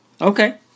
Okay